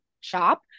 shop